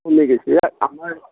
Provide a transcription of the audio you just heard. এ আমাৰ